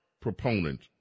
proponent